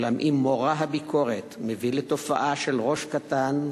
אולם אם מורא הביקורת מביא לתופעה של "ראש קטן",